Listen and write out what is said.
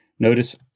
Notice